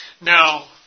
Now